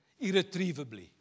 irretrievably